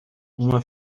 uma